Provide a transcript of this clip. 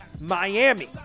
Miami